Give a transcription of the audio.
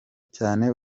cyane